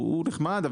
הוא נחמד,